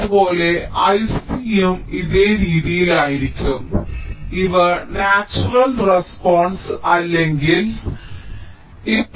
അതുപോലെ I c യും ഇതേ രീതിയിൽ ആയിരിക്കും ഇവ നാച്ചുറൽ റെസ്പോണ്സ്സ് അല്ലെങ്കിൽ ഹോമോജിനെസ് സൊല്യൂഷൻ